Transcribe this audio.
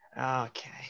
Okay